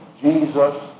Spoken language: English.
Jesus